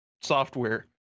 software